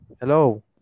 hello